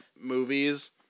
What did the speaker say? movies